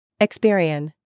Experian